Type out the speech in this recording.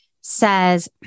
says